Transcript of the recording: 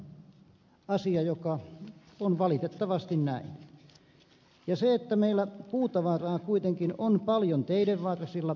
tämä asia on valitettavasti näin ja meillä puutavaraa kuitenkin on paljon teiden varsilla